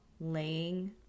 laying